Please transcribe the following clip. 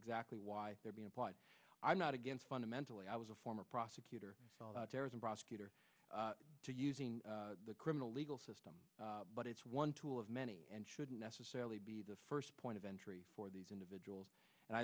exactly why they're being applied i'm not against fundamentally i was a former prosecutor terrorism prosecutor to using the criminal legal system but it's one tool of many and shouldn't necessarily be the first point of entry for these individuals and i